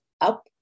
up